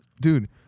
Dude